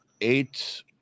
eight